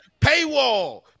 paywall